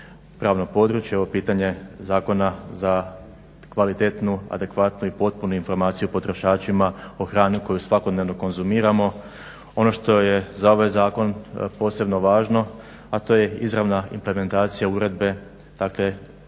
ovo pitanje zakona za kvalitetnu, adekvatnu i potpunu informaciju potrošačima o hrani koju svakodnevno konzumirano. Ono što je za ovaj zakon posebno važno, a to je izravna implementacija uredbe, dakle